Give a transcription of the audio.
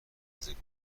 گستاخی